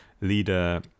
leader